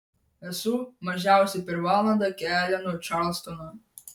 esu mažiausiai per valandą kelio nuo čarlstono